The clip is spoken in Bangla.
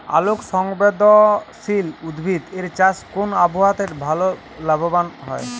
আলোক সংবেদশীল উদ্ভিদ এর চাষ কোন আবহাওয়াতে ভাল লাভবান হয়?